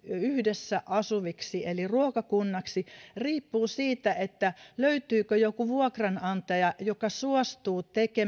yhdessä asuviksi eli ruokakunnaksi riippuu siitä löytyykö joku vuokranantaja joka suostuu tekemään